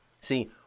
See